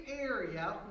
area